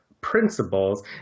principles